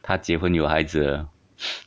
她结婚有孩子